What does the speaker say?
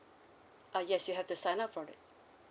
ah yes you have to sign up for it